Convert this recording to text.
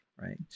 right